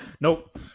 Nope